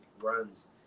runs